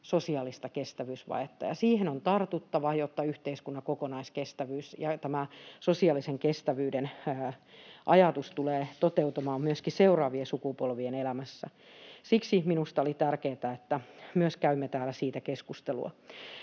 sosiaalista kestävyysvajetta, ja siihen on tartuttava, jotta yhteiskunnan kokonaiskestävyys ja tämä sosiaalisen kestävyyden ajatus tulee toteutumaan myöskin seuraavien sukupolvien elämässä. Siksi minusta oli tärkeätä, että käymme täällä myös siitä keskustelua.